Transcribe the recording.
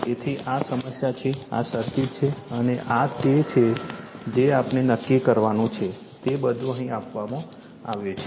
તેથી આ સમસ્યા છે આ સર્કિટ છે અને આ તે છે જે આપણે નક્કી કરવાનું છે તે બધું અહીં આપવામાં આવ્યું છે